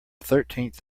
thirteenth